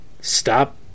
Stop